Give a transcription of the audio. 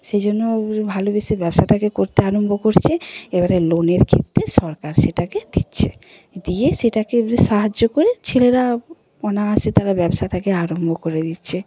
সেই জন্য ভালবেসে ব্যবসাটাকে করতে আরম্ভ করছে এবারে লোনের ক্ষেত্রে সরকার সেটাকে দিচ্ছে দিয়ে সেটাকে এাবরে সাহায্য করে ছেলেরা অনায়াসে তারা ব্যবসাটাকে আরম্ভ করে দিচ্ছে